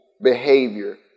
behavior